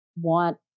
want